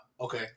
okay